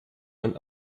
man